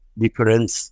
difference